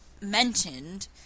mentioned